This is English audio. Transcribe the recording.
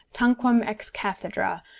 tanquam ex cathedra,